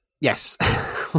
yes